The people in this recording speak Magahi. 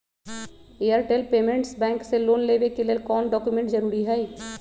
एयरटेल पेमेंटस बैंक से लोन लेवे के ले कौन कौन डॉक्यूमेंट जरुरी होइ?